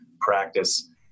practice